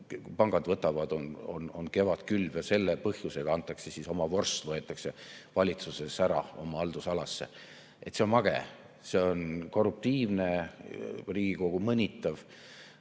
ära võtavad, on kevadkülv ja selle põhjusega antakse oma vorst, võetakse valitsuses ära, oma haldusalasse. See on mage, see on korruptiivne, Riigikogu mõnitav.